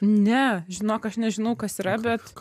ne žinok aš nežinau kas yra bet